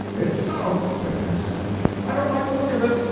it's so, said ham sandwich. i don't like the look of it.